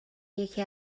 یکی